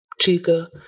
Chica